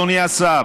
אדוני השר,